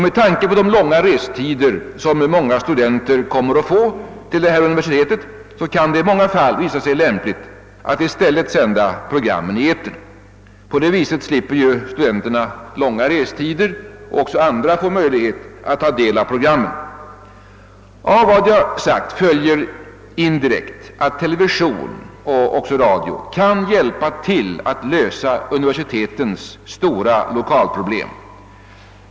Med tanke på de långa restider som många studenter kommer att få till detta universitet, kan det i många fall visa sig lämpligt att i stället sända programmen i etern. På det viset slipper studenterna långa restider, och även andra människor får möjlighet att ta del av programmen. Av vad jag nu sagt följer indirekt, att television och även radio kan hjälpa till att lösa universitetens stora lokalproblem.